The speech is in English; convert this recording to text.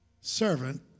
servant